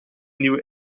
nieuwe